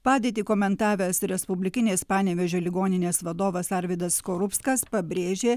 padėtį komentavęs respublikinės panevėžio ligoninės vadovas arvydas skorupskas pabrėžė